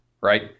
right